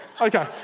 okay